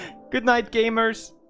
good night gamers